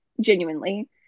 genuinely